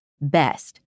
best